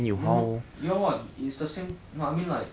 no no ya [what] it's the same no I mean like